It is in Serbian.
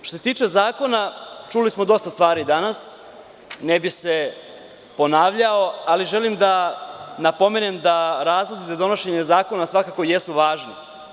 Što se tiče zakona, čuli smo dosta stvari danas, ne bih se ponavljao, ali želim da napomenem da razlozi za donošenje zakona svakako jesu važni.